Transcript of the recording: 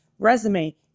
Resume